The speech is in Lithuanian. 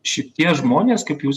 šitie žmonės kaip jūs